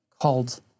called